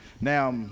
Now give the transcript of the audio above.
now